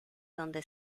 donde